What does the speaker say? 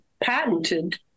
patented